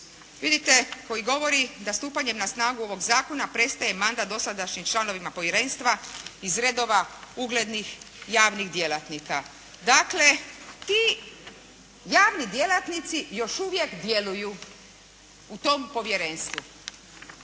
vidite koji govori da stupanjem na snagu ovog zakona prestaje mandat dosadašnjim članovima povjerenstva iz redova uglednih javnih djelatnika. Dakle, ti javni djelatnici još uvijek djeluju u tom povjerenstvu.